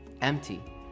empty